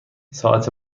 ساعت